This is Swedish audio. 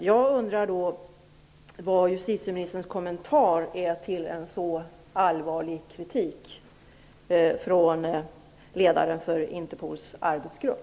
Jag undrar vad justitieministerns kommentar är till en så allvarlig kritik från ledaren för Interpols arbetsgrupp?